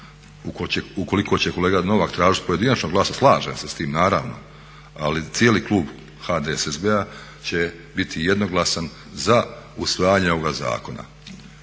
ukoliko će kolega Novak tražiti pojedinačno glasanje slažem se s tim naravno, ali cijeli klub HDSSB-a će biti jednoglasan za usvajanje ovoga zakona.